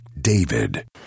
David